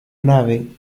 nave